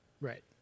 Right